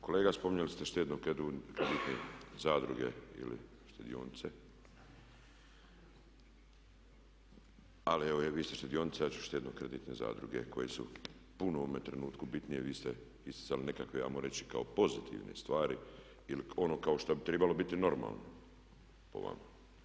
Kolega spominjali ste štedno-kreditne zadruge ili štedionice ali evo vi ste štedionice ja ću štedno-kreditne zadruge koje su puno u ovome trenutku bitnije, vi ste isticali nekakve ajmo reći kao pozitivne stvari ili ono kao što bi trebalo biti normalno po vama.